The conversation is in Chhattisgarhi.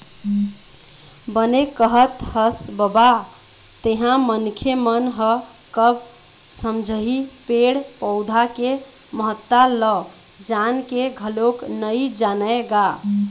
बने कहत हस बबा तेंहा मनखे मन ह कब समझही पेड़ पउधा के महत्ता ल जान के घलोक नइ जानय गा